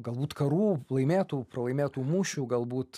galbūt karų laimėtų pralaimėtų mūšių galbūt